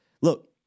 look